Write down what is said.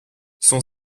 son